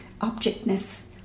objectness